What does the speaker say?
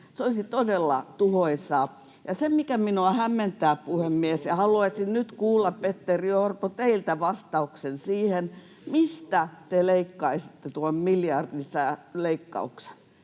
Se olisi todella tuhoisaa. Se, mikä minua hämmentää, puhemies — ja haluaisin nyt kuulla, Petteri Orpo, teiltä vastauksen siihen — on, mistä te leikkaisitte tuon miljardileikkauksen.